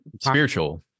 Spiritual